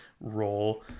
role